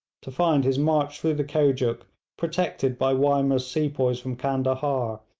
to find his march through the kojuk protected by wymer's sepoys from candahar,